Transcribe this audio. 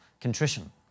contrition